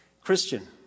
Christian